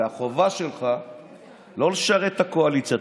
והחובה שלך לא לשרת את הקואליציה,